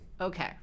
Okay